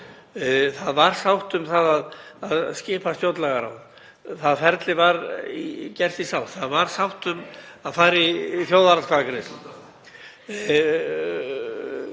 Það var sátt um að skipa stjórnlagaráð, það ferli var gert í sátt. Það var sátt um að fara í þjóðaratkvæðagreiðslu.